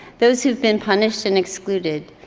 those who've been punished and excluded,